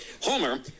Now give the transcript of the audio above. Homer